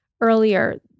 earlier